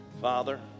Father